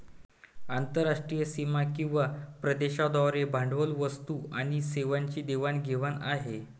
आंतरराष्ट्रीय सीमा किंवा प्रदेशांद्वारे भांडवल, वस्तू आणि सेवांची देवाण घेवाण आहे